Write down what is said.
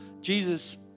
Jesus